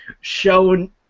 shown